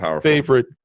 favorite